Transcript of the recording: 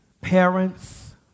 Parents